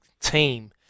team